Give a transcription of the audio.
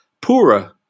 poorer